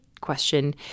question